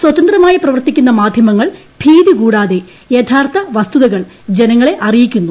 സ്വതന്ത്രമായി പ്രവർത്തിക്കുന്ന മാധ്യമങ്ങൾ ഭീതികൂടാതെ യഥാർത്ഥ വസ്തുതകൾ ജനങ്ങളെ അറിയിക്കുന്നു